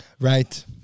Right